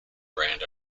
brand